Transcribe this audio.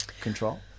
control